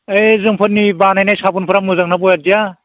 ओइ जोंफोरनि बानायनाय साबुनफोरा मोजां ना बया इदिया